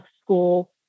school